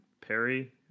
Perry